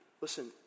Listen